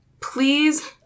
Please